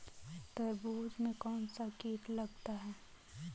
तरबूज में कौनसा कीट लगता है?